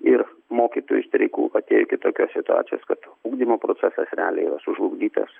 ir mokytojų streikų atėjo iki tokios situacijos kad ugdymo procesas realiai yra sužlugdytas